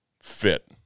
fit